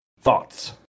Thoughts